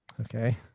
Okay